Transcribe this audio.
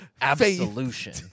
Absolution